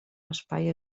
espai